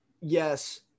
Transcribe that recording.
Yes